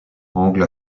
angles